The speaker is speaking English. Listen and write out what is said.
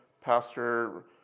pastor